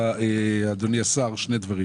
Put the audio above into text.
אדוני השר, שני דברים